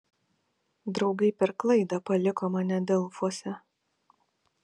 draugai per klaidą paliko mane delfuose